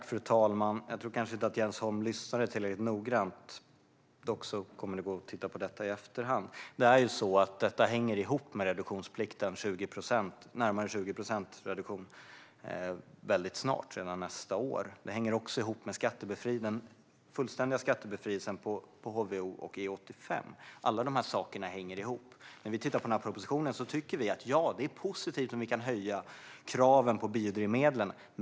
Fru talman! Jag tror kanske inte att Jens Holm lyssnade tillräckligt noggrant, men det går ju att titta på detta i efterhand. Det är ju så att det här hänger ihop med reduktionsplikten på närmare 20 procent reduktion väldigt snart, redan nästa år. Det hänger också ihop med den fullständiga skattebefrielsen på HVO och E85. Alla de här sakerna hänger ihop. När vi tittar på den här propositionen tycker vi att det är positivt om vi kan höja kraven på biodrivmedlen.